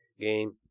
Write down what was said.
game